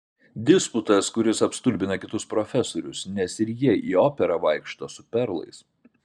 disputas kuris apstulbina kitus profesorius nes ir jie į operą vaikšto su perlais